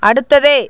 அடுத்தது